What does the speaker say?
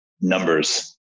numbers